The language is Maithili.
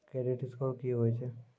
क्रेडिट स्कोर की होय छै?